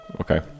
Okay